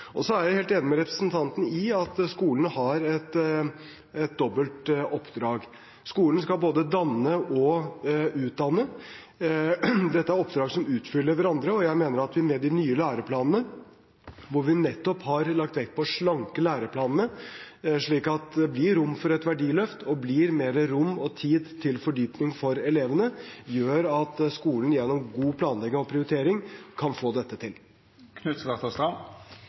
er helt enig med representanten i at skolen har et dobbelt oppdrag. Skolen skal både danne og utdanne. Dette er oppdrag som utfyller hverandre, og jeg mener at vi med de nye læreplanene – som vi nettopp har lagt vekt på å slanke slik at det blir rom for et verdiløft og mer rom og tid til fordypning for elevene – gjør at skolen gjennom god planlegging og prioritering kan få dette